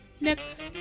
next